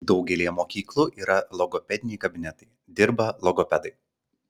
daugelyje mokyklų yra logopediniai kabinetai dirba logopedai